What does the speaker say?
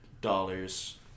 dollars